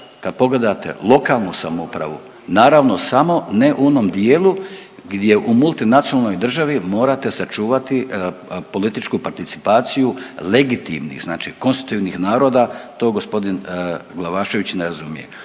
kad pogledate lokalnu samoupravu, naravno samo ne u onom dijelu gdje u multinacionalnoj državi morate sačuvati političku participaciju legitimnih znači konstitutivnih naroda. To gospodin Glavašević ne razumije.